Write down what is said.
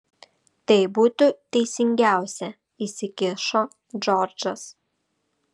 tai būtų teisingiausia įsikišo džordžas